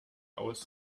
aus